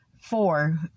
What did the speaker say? four